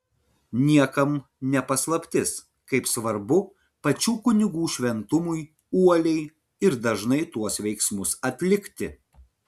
niekam ne paslaptis kaip svarbu pačių kunigų šventumui uoliai ir dažnai tuos veiksmus atlikti